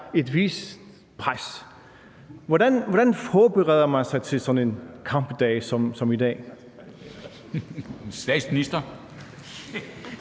Hvordan forbereder man sig til sådan en kampdag som i dag? Kl.